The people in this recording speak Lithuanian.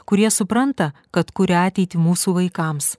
kurie supranta kad kuria ateitį mūsų vaikams